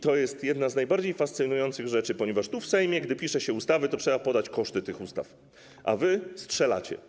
To jest jedna z najbardziej fascynujących rzeczy, ponieważ tu, w Sejmie, gdy pisze się ustawy, to trzeba podać koszty tych ustaw, a wy strzelacie.